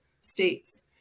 states